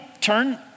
turn